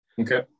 Okay